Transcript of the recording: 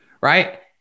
right